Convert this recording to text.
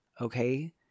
Okay